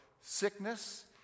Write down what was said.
sickness